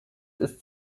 ist